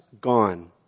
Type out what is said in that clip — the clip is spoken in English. gone